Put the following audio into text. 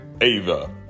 Ava